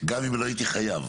גם אם לא הייתי חייב.